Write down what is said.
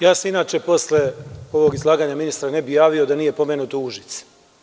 Ja se, inače, posle ovog izlaganja ministar ne bih javio da nije pomenuto u Užice.